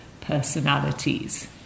personalities